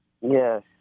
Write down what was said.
Yes